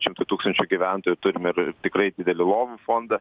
šimtui tūkstančių gyventojų turim ir tikrai didelį lovų fondą